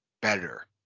better